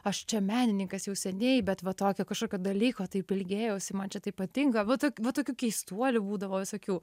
aš čia menininkas jau seniai bet va tokio kažkokio dalyko taip ilgėjausi man čia taip patinka va tok va tokių keistuolių būdavo visokių